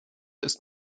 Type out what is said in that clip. ist